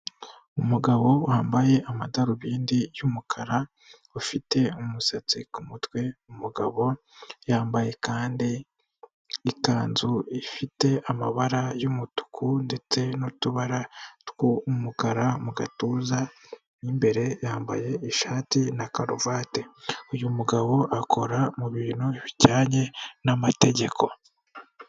Umugabo wambaye amadarubindi y'umukara ufite umusatsi ku mutwe, umugabo yambaye kandi ikanzu ifite amabara y'umutuku ndetse n'utubara tw'umukara mu gatuza, mu imbere yambaye ishati na karuvati. Uyu mugabo akora mu bintu bijyanye n'amategeko.